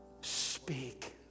speak